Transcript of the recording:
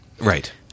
Right